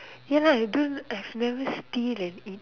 ya lah I don't I have never steal and eat